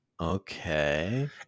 okay